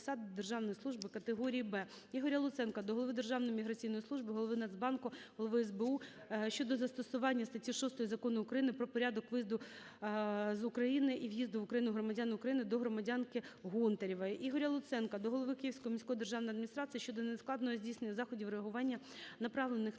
державної служби категорії "Б". Ігоря Луценка до Голови Державної міграційної служби, Голови Нацбанку, Голови СБУ щодо застосування статті 6 Закону України "Про порядок виїзду з України і в'їзду в Україну громадян України" до громадянкиГонтаревої В.О. Ігоря Луценка до голови Київської міської державної адміністрації щодо невідкладного здійснення заходів реагування, направлених